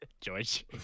George